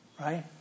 right